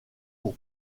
pour